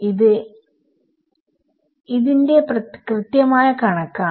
ഇത് ന്റെ കൃത്യമായ കണക്കാണ്